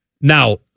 Now